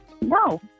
No